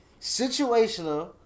situational